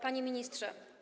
Panie Ministrze!